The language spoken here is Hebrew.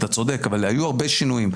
אתה צודק אבל היו הרבה שינויים.